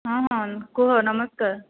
ହଁ ହଁ କୁହ ନମସ୍କାର